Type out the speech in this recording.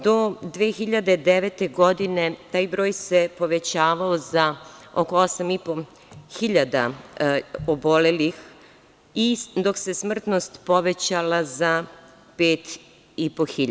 Do 2009. godine taj broj se povećavao za oko 8.500 obolelih, dok se smrtnost povećala za 5.500.